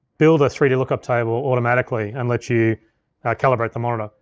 build a three d lookup table automatically and let you calibrate the monitor.